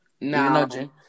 no